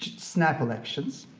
snap-elections,